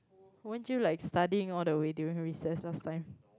won't you like studying all the way during recess last time